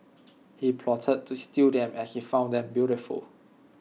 he plotted to steal them as he found them beautiful